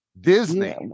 Disney